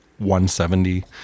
170